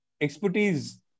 expertise